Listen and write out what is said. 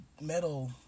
metal